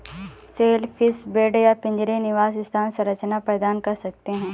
shellfish bed या पिंजरे निवास स्थान संरचना प्रदान कर सकते हैं